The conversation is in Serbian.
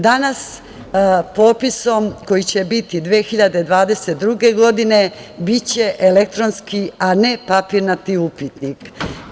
Danas, popisom koji će biti 2022. godine biće elektronski, a ne papirnati upitnik.